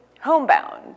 homebound